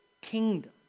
kingdom